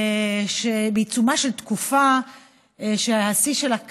בעיצומה של תקופה שהשיא שלה כרגע,